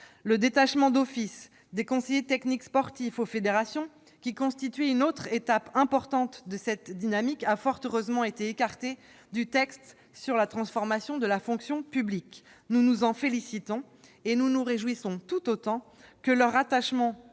Le détachement d'office des conseillers techniques sportifs aux fédérations, qui constituait une autre étape importante de cette dynamique, a fort heureusement été écarté du texte de transformation de la fonction publique, ce dont nous nous félicitons. Nous nous réjouissons également que le rattachement